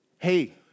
Hey